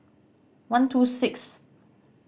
one two six